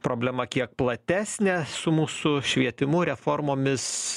problema kiek platesnė su mūsų švietimu reformomis